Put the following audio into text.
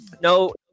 No